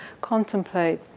contemplate